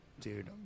Dude